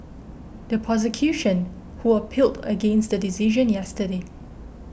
the prosecution who appealed against the decision yesterday